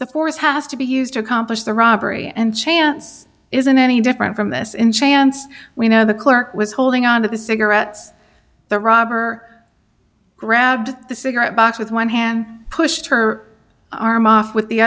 the force has to be used to accomplish the robbery and chance isn't any different from this in chance we know the clerk was holding on to the cigarettes the robber grabbed the cigarette box with one hand pushed her arm off with the